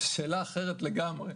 וזו שאלה אחרת לגמרי.